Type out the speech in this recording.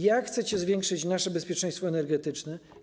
Jak chcecie zwiększyć nasze bezpieczeństwo energetyczne?